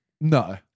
No